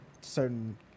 certain